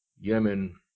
Yemen